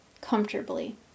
comfortably